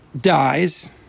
dies